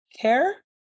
care